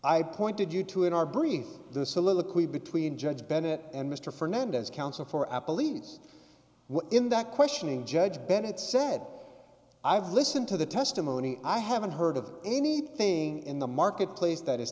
i pointed you to in our brief the soliloquy between judge bennett and mr fernandez counsel for apple lees well in that questioning judge bennett said i've listened to the testimony i haven't heard of anything in the marketplace that is